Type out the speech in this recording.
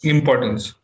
Importance